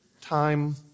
time